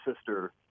sister